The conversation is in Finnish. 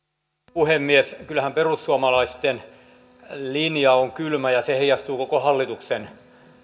puhemies kyllähän perussuomalaisten linja on kylmä ja se heijastuu koko hallituksen